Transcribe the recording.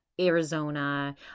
Arizona